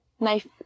knife